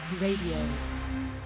Radio